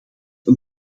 een